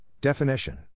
definition